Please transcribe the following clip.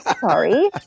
sorry